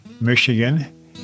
Michigan